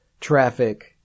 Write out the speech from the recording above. traffic